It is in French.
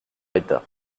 l’état